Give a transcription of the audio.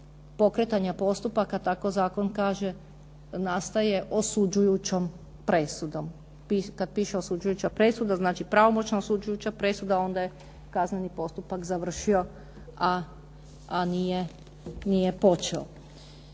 pokretanja postupaka, tako zakon kaže nastaje osuđujućom presudom. Kad piše osuđujuća presuda, znači pravomoćna osuđujuća presuda onda je kazneni postupak završio a nije počeo.